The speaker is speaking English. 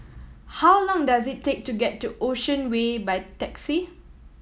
how long does it take to get to Ocean Way by taxi